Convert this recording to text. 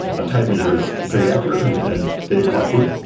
a tape measure is pretty accurate and and they are quite good,